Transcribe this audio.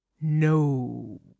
No